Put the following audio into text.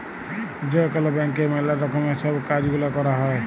যে কল ব্যাংকে ম্যালা রকমের সব কাজ গুলা ক্যরা হ্যয়